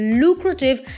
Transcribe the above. lucrative